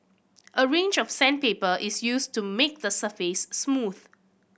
a range of sandpaper is used to make the surface smooth